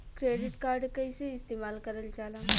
Credit card कईसे इस्तेमाल करल जाला?